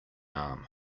arm